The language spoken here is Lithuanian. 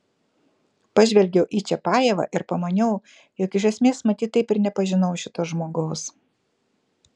pažvelgiau į čiapajevą ir pamaniau jog iš esmės matyt taip ir nepažinau šito žmogaus